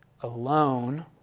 alone